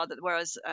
whereas